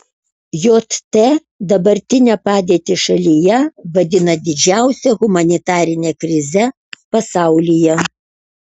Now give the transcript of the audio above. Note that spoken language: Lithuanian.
jt dabartinę padėtį šalyje vadina didžiausia humanitarine krize pasaulyje